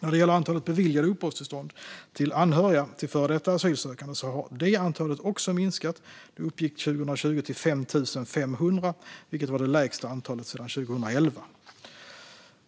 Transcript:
När det gäller antalet beviljade uppehållstillstånd till anhöriga till före detta asylsökande har det antalet också minskat och uppgick 2020 till 5 500, vilket var det lägsta antalet sedan 2011.